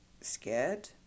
scared